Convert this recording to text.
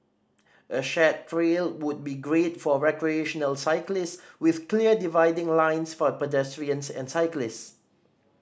a shared trail would be great for recreational cyclist with clear dividing lines for pedestrians and cyclist